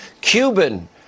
Cuban